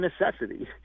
necessity